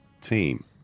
team